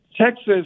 Texas